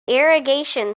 irrigation